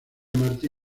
martí